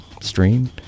stream